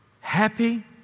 Happy